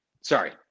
Sorry